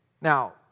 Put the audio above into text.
Now